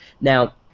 Now